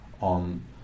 on